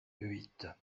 huit